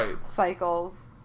cycles